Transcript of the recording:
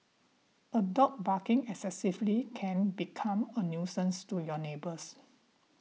a dog barking excessively can become a nuisance to your neighbours